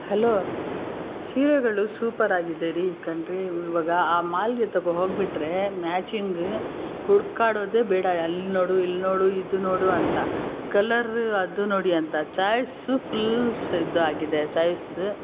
hello ಸೀರೆಗಳು super ಆಗಿದೆ ರೀ ಕಣ್ರೀ ಈವಾಗ ಆ ಮಾಲ್ಗೆ ತಗೊಂಡೋಗ್ಬಿಟ್ರೆ ಮ್ಯಾಚಿಂಗ್ ಹುಡುಕಾಡೋದೆ ಬೇಡ ಅಲ್ಲಿ ನೋಡು ಇಲ್ಲಿ ನೋಡು ಇದು ನೋಡು ಅಂತ ಕಲರ್ ಅದು ನೋಡಿ ಅಂತ ಚಾಯ್ಸು ಫುಲ್ ಸಿದ್ಧ ಆಗಿದೆ ಚಾಯ್ಸು